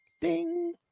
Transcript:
Ding